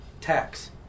tax